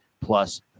plus